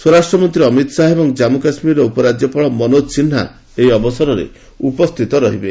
ସ୍ୱରାଷ୍ଟ୍ରମନ୍ତ୍ରୀ ଅମିତ୍ ଶାହା ଏବଂ କାମ୍ମୁ କାଶ୍ମୀର୍ର ଉପରାଜ୍ୟପାଳ ମନୋଜ ସିହ୍ନା ଏହି ଅବସରରେ ଉପସ୍ଥିତ ରହିବେ